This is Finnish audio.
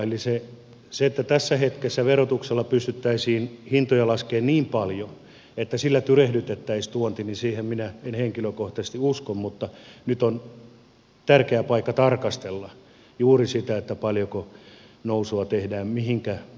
eli siihen että tässä hetkessä verotuksella pystyttäisiin hintoja laskemaan niin paljon että sillä tyrehdytettäisiin tuonti minä en henkilökohtaisesti usko mutta nyt on tärkeä paikka tarkastella juuri sitä että paljonko nousua tehdään mihinkä tuotteisiin se kohdistuu